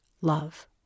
love